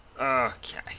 okay